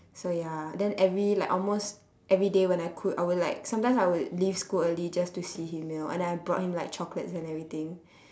so ya then every like almost everyday when I could I would like sometimes I would leave school early just to see him you know and I brought him chocolates and everything